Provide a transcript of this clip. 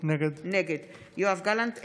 נגד סמי אבו שחאדה,